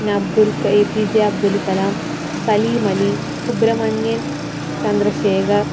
പിന്നെ അബ്ദുൽ ക എപിജെ അബ്ദുൽ കലാം സലീം അലി സുബ്രഹ്മണ്യൻ ചന്ദ്രശേഖർ